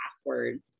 passwords